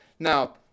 now